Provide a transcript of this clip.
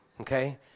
okay